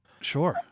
Sure